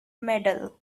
medal